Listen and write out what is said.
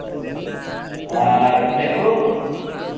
ᱟᱨ ᱱᱤᱛᱚᱜ